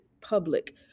public